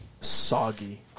soggy